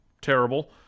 terrible